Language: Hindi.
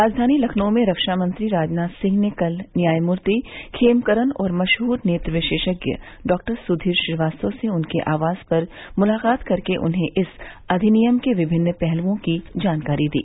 राजधानी लखनऊ में रक्षामंत्री राजनाथ सिंह ने कल न्यायमूर्ति खेमकरन और मशह्र नेत्र विशेषज्ञ डॉक्टर सुधीर श्रीवास्तव से उनके आवास पर मुलाकात कर उन्हें इस अधिनियम के विभिन्न पहलुओं की जानकारी दी